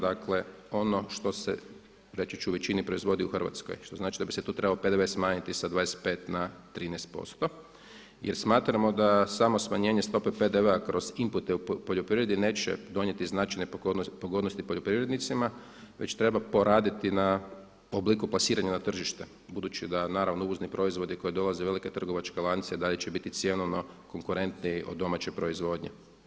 Dakle, ono što se reći ću u većini proizvodi u Hrvatskoj što znači da bi se tu trebao PDV smanjiti sa 25 na 13% jer smatramo da samo smanjenje stope PDV-a kroz inpute u poljoprivredi neće donijeti značajne pogodnosti poljoprivrednicima već treba poraditi na obliku plasiranja na tržište budući da naravno uvozni proizvodi koji dolaze u velika trgovačke lance da li će biti cjenovno konkurentniji od domaće proizvodnje.